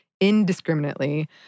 indiscriminately